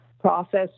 process